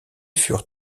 furent